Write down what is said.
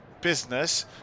business